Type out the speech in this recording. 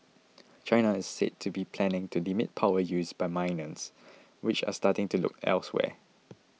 China is said to be planning to limit power use by miners which are starting to look elsewhere